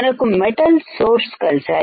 మనకు metal source కలిశాయి